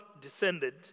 descended